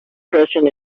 freshen